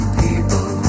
people